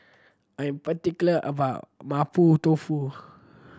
I'm particular about Mapo Tofu